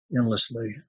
endlessly